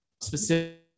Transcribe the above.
specific